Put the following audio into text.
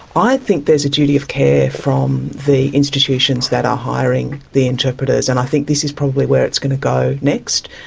i think there is a duty of care from the institutions that are hiring the interpreters and i think this is probably where it's going to go next.